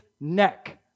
neck